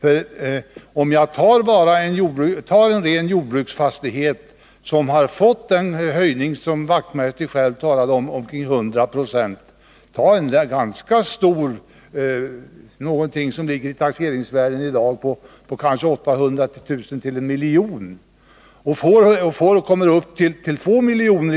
Låt oss ta som exempel en ren jordbruksfastighet med ett taxeringsvärde som i dag ligger på 1 milj.kr. och som har fått den höjning som herr Wachtmeister talade om, alltså på 100 96, så att den kommer upp i ett taxeringsvärde på 2 miljoner.